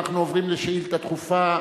אנחנו עוברים לשאילתא דחופה,